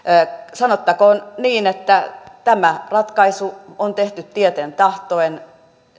sanottakoon niin että tämä ratkaisu on tehty tieten tahtoen